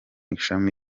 ishami